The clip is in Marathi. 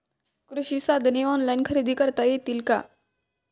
कृषी साधने ऑनलाइन खरेदी करता येतील का?